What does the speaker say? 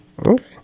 Okay